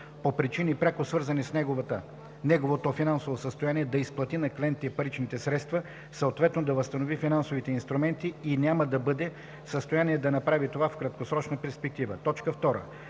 по причини, пряко свързани с неговото финансово състояние, да изплати на клиентите паричните средства, съответно да възстанови финансовите инструменти, и няма да бъде в състояние да направи това в краткосрочна перспектива.” 2.